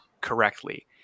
correctly